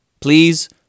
Please